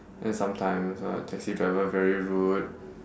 and sometimes uh taxi driver very rude